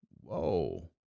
whoa